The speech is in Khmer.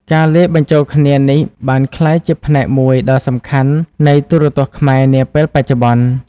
ការលាយបញ្ចូលគ្នានេះបានក្លាយជាផ្នែកមួយដ៏សំខាន់នៃទូរទស្សន៍ខ្មែរនាពេលបច្ចុប្បន្ន។